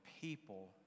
people